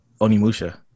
Onimusha